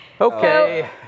Okay